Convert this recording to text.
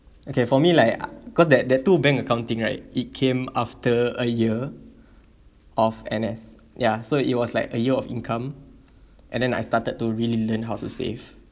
okay for me like I cause that that two bank account thing right it came after a year of N_S ya so it was like a year of income and then I started to really learn how to save